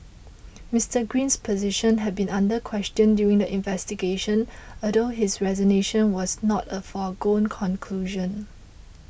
Mister Green's position had been under question during the investigation although his resignation was not a foregone conclusion